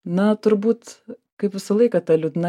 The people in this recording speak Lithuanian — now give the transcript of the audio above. na turbūt kaip visą laiką ta liūdna